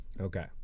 Okay